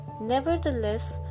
Nevertheless